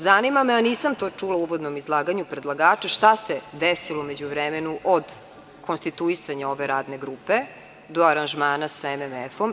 Zanima me, a nisam to čula u uvodnom izlaganju predlagača, šta se desilo u međuvremenu od konstituisanja ove radne grupe do aranžmana sa MMF-om?